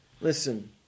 listen